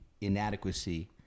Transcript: inadequacy